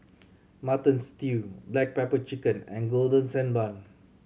Mutton Stew black pepper chicken and Golden Sand Bun